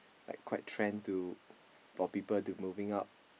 like quite trend for people to moving out